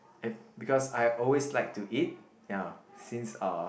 and because I always like to eat ya since uh